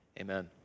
Amen